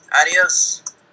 Adios